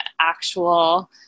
actual